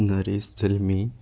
Naresh Jalmi